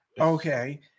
Okay